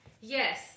yes